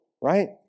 right